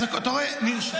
אתה רואה -- מה?